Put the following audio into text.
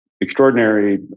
extraordinary